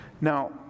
Now